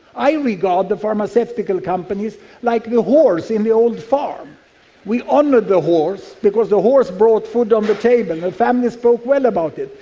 i regard the pharmaceutical companies like the horse in the old farm we honour the horse because the horse brought food on um the table and the family spoke well about it,